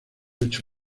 ocho